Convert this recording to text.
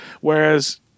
whereas